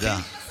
תודה.